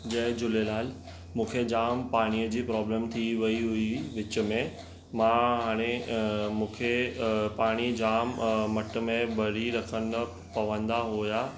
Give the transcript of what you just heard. जय झूलेलाल मूंखे जामु पाणीअ जी प्रॉब्लम थी वई हुई विच में मां हाणे मूंखे पाणी जामु मट में भरी रखंदा पवंदा होया